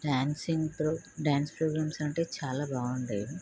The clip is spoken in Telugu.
డాన్సింగ్ డాన్స్ ప్రోగ్రామ్స్ అంటే చాలా బాగుంటాయి